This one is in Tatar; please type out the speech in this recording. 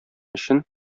өчен